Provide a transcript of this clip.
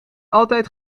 altijd